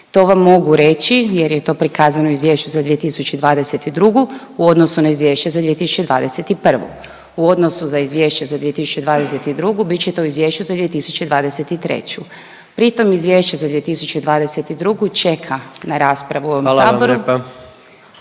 To vam mogu reći jer je to prikazano u izvješću za 2022. u odnosu na izvješće za 2021., u odnosu za izvješće za 2022. bit će to u izvješću za 2023.. Pritom izvješće za 2022. čeka na raspravu u ovom saboru… …/Upadica